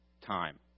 time